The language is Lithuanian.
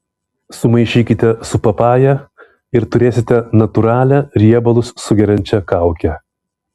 sumaišykite su papaja ir turėsite natūralią riebalus sugeriančią kaukę